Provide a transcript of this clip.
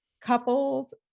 couples